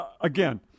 again